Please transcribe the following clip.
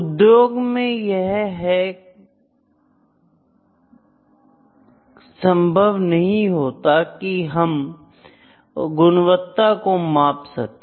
उद्योग में यह है संभव नहीं होता की हम गुणवत्ता को माप सकें